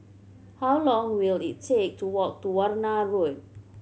how long will it take to walk to Warna Road